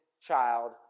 child